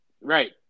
Right